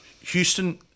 Houston